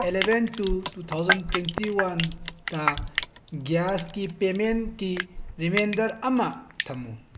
eleven two two thousand twenty ꯋꯥꯟꯇ ꯒ꯭ꯌꯥꯁꯀꯤ ꯄꯦꯃꯦꯟꯀꯤ ꯔꯤꯃꯦꯟꯗꯔ ꯑꯃ ꯊꯝꯃꯨ